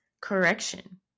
correction